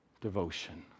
devotion